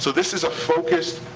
so this is a focused,